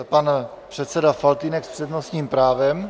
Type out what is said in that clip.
Pan předseda Faltýnek s přednostním právem.